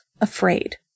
afraid